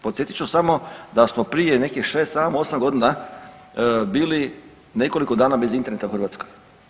Podsjetit ću samo da smo prije nekih šest, sedam, osam godina bili nekoliko dana bez interneta u Hrvatskoj.